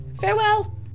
Farewell